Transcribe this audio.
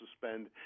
suspend